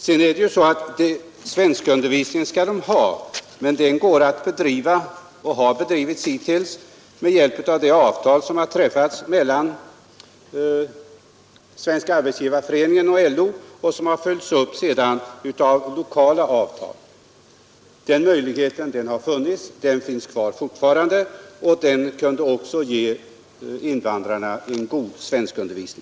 Invandrarna skall självfallet ha svenskundervisning, men den kan bedrivas och har hittills bedrivits med hjälp av det avtal som har träffats mellan Svenska arbetsgivareföreningen och LO och som sedan har följts upp av lokala avtal. Denna möjlighet finns fortfarande kvar, och även genom den kan invandrarna få en god svenskundervisning.